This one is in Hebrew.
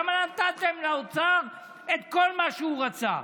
למה נתתם לאוצר את כל מה שהוא רצה?